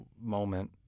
moment